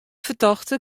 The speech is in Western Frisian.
fertochte